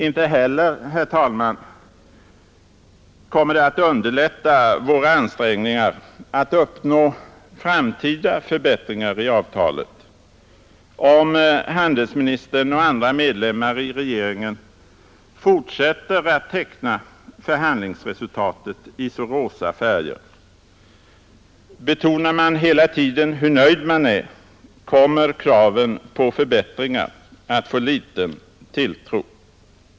Inte heller, herr talman, kommer det att underlätta våra ansträngningar att uppnå framtida förbättringar i avtalet, om handelsministern och andra medlemmar av regeringen fortsätter att teckna förhandlingsresultatet i så rosa färger. Betonar man hela tiden hur nöjd man är, kommer kraven på förbättringar att få liten tilltro.